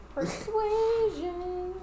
Persuasion